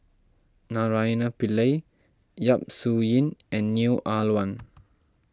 Naraina Pillai Yap Su Yin and Neo Ah Luan